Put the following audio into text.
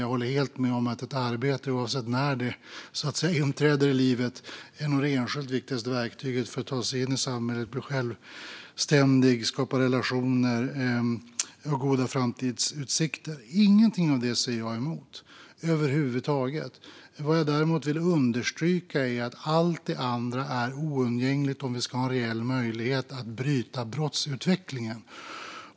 Jag håller helt med om att ett arbete oavsett när det inträder i livet nog är det enskilt viktigaste verktyget för att ta sig in i samhället, bli självständig och skapa relationer och goda framtidsutsikter. Jag säger ingenting emot det över huvud taget. Vad jag däremot vill understryka är att allt det andra är oundgängligt om vi ska ha en reell möjlighet att bryta brottsutvecklingen.